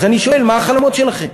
אז אני שואל: מה החלומות שלכם?